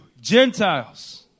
Gentiles